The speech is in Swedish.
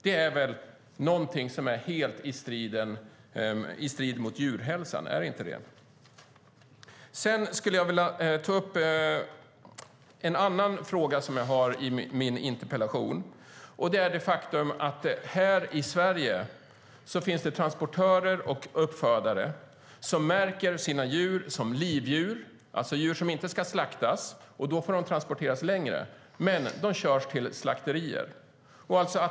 Det står väl helt i strid med djurhälsan, eller gör det inte det? Jag skulle vilja ta upp en annan fråga som jag ställde i min interpellation. Det gäller det faktum att det i Sverige finns transportörer och uppfödare som märker sina djur som livdjur, alltså djur som inte ska slaktas, och då får de transporteras under längre tid. Men i stället körs de till slakterier.